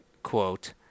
quote